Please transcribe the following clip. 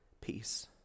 peace